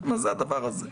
מה זה הדבר הזה?